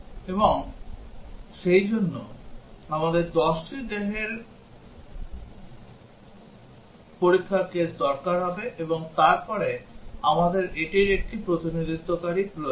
এবং সেইজন্য আমাদের 10 টি পরীক্ষার কেস দরকার হবে এবং তারপরে আমাদের এটির একটি প্রতিনিধিত্বকারী প্রয়োজন